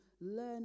learn